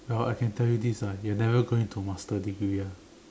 well I can tell you this ah you are never going to masters degree ah